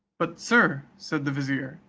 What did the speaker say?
but, sir, said the vizier,